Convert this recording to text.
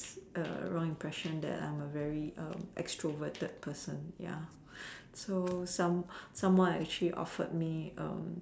wrong impression that I'm a very extroverted person ya so some someone actually offered me